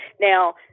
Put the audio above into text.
Now